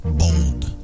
bold